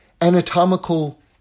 anatomical